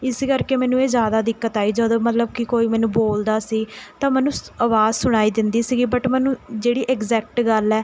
ਇਸ ਕਰਕੇ ਮੈਨੂੰ ਇਹ ਜ਼ਿਆਦਾ ਦਿੱਕਤ ਆਈ ਜਦੋਂ ਮਤਲਬ ਕਿ ਕੋਈ ਮੈਨੂੰ ਬੋਲਦਾ ਸੀ ਤਾਂ ਮੈਨੂੰ ਸ ਆਵਾਜ਼ ਸੁਣਾਈ ਦਿੰਦੀ ਸੀਗੀ ਬਟ ਮੈਨੂੰ ਜਿਹੜੀ ਐਗਜ਼ੈਕਟ ਗੱਲ ਹੈ